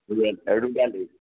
ৰ'দালি